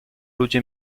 ludzie